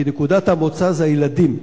כי נקודת המוצא זה הילדים,